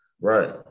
Right